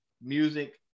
music